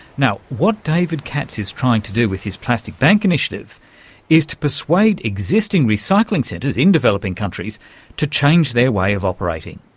now, what david katz is trying to do with his plastic bank initiative is to persuade existing recycling centres in developing countries to change their way of operating.